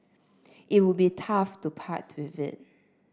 it would be tough to part with it